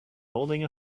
holding